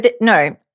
no